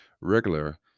regular